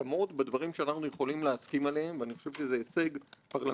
אני חייב לומר לכם שאחד הדברים הכי טובים בכנסת,